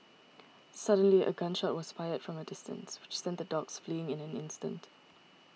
suddenly a gun shot was fired from a distance which sent the dogs fleeing in an instant